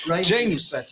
James